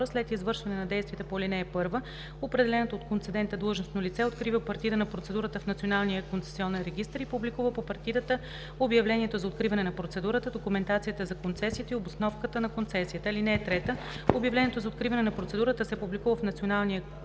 След извършване на действията по ал. 1 определеното от концедента длъжностно лице открива партида на процедурата в Националния концесионен регистър и публикува по партидата обявлението за откриване на процедурата, документацията за концесията и обосновката на концесията. (3) Обявлението за откриване на процедурата се публикува в Националния концесионен регистър